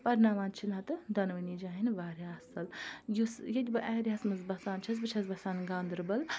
پرناوان چھِ نَتہٕ دوٚنؤنی جایَن واریاہ اَصٕل یُس ییٚتہِ بہٕ ایریا ہَس منٛز بَسان چھَس بہٕ چھَس بَسان گاندربل